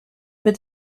but